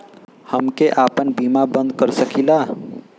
हमके आपन बीमा बन्द कर सकीला?